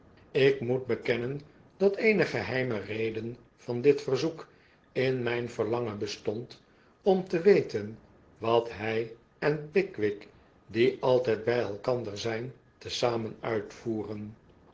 ik moet bekennen dat eene geheime reden van dit verzoek in myn verlangen bestond om te weten wat hy en pickwick die altijd bij elkander zyn tezamen uitvoeren